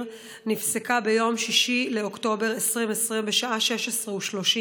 נפסקה ביום 6 באוקטובר 2020 בשעה 16:30,